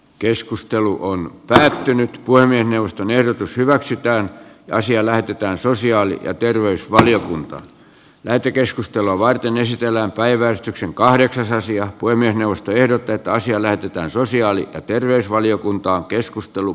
keskustelu on päättynyt puhemiesneuvoston ehdotus hyväksytään asia lähetetään sosiaali ja terveysvaliokuntaa lähetekeskustelua varten ysitiellä on päivätty kahdeksasosia huimien ostoehdot että asia lähetetään sosiaali ja terveysvaliokuntaa keskustelu